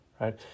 right